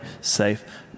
safe